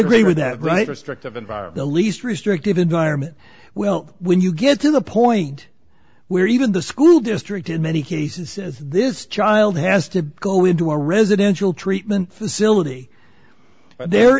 agree with that right restrictive environ the least restrictive environment well when you get to the point where even the school district in many cases this child has to go into a residential treatment facility there